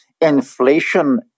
Inflation